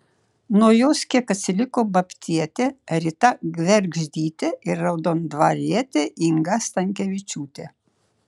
nuo jos kiek atsiliko babtietė rita gvergždytė ir raudondvarietė inga stankevičiūtė